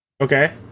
Okay